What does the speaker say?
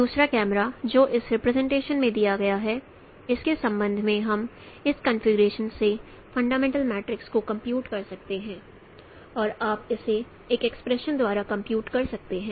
और दूसरा कैमरा जो इस रिप्रेजेंटेशन में दिया गया है इसके संबंध में हम इस कॉन्फ़िगरेशन से फंडामेंटल मैट्रिक्स को कंप्यूट कर सकते हैं आप इसे इस एक्सप्रेशन द्वारा कंप्यूट कर सकते हैं